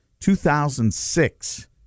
2006